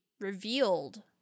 revealed